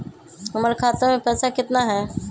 हमर खाता मे पैसा केतना है?